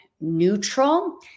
neutral